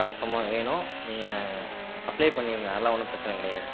கன்ஃபார்மாக வேணும் நீங்கள் அப்ளை பண்ணிக்கீங்க அதெல்லாம் ஒன்றும் பிரச்சனை கிடையாது